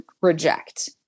reject